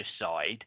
side